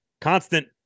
Constant